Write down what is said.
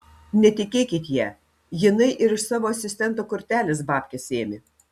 netikėkit ja jinai ir iš savo asistento kortelės babkes ėmė